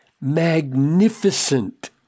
magnificent